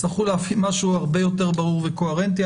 תצטרכו להביא משהו הרבה יותר ברור וקוהרנטי,